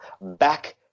back